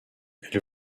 elle